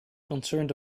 concerned